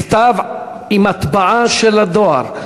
מכתב עם הטבעה של הדואר,